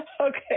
okay